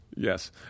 Yes